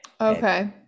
Okay